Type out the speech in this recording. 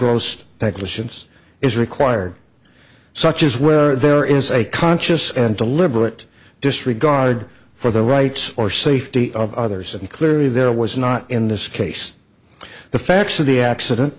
gross negligence is required such as where there is a conscious and deliberate disregard for the rights or safety of others and clearly there was not in this case the facts of the accident